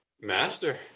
Master